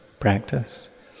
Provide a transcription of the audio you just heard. practice